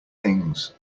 things